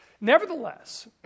Nevertheless